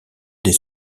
des